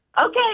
Okay